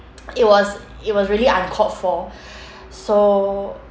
it was it was really uncalled for so